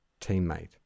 teammate